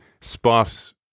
spot